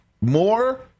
more